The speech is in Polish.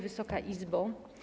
Wysoka Izbo!